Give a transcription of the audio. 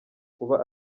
kuba